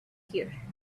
here